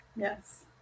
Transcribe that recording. Yes